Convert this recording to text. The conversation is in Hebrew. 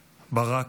ברק,